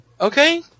okay